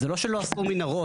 זה לא שלא עשו מנהרות.